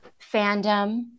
fandom